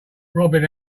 robin